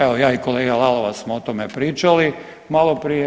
Evo ja i kolega Lalovac smo o tome pričali malo prije.